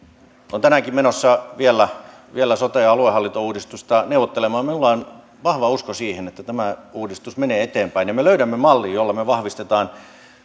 olen tänäänkin menossa vielä vielä sote ja aluehallintouudistuksesta neuvottelemaan ja minulla on vahva usko siihen että tämä uudistus menee eteenpäin ja me löydämme mallin jolla me vahvistamme